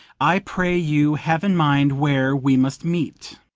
i pray you, have in mind where we must meet.